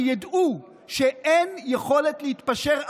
שידעו שאין יכולת להתפשר,